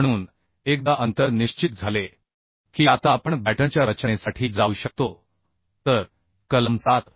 म्हणून एकदा अंतर निश्चित झाले की आता आपण बॅटनच्या रचनेसाठी जाऊ शकतो तर कलम 7